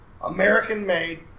American-made